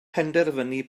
penderfynu